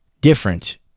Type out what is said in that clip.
different